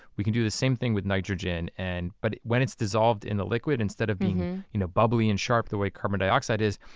can do the same thing with nitrogen. and but when it's dissolved in the liquid, instead of being you know bubbly and sharp the way carbon dioxide is,